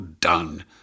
done